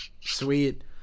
Sweet